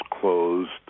closed